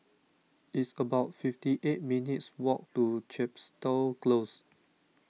it's about fifty eight minutes' walk to Chepstow Close